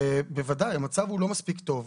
בוודאי, המצב הוא לא מספיק טוב.